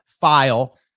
file